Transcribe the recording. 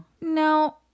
no